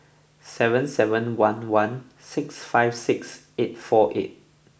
seven seven one one six five six eight four eight